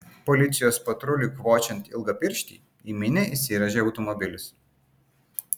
policijos patruliui kvočiant ilgapirštį į minią įsirėžė automobilis